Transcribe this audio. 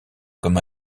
comme